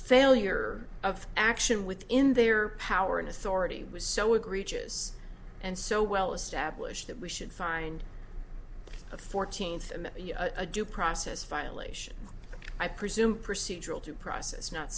failure of action within their power and authority was so egregious and so well established that we should find a fourteenth and a due process violation i presume procedural due process not